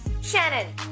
Shannon